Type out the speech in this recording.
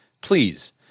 Please